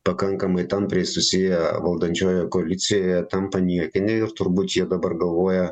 pakankamai tampriai susiję valdančiojoje koalicijoje tampa niekiniai ir turbūt jie dabar galvoja